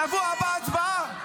בשבוע הבא הצבעה?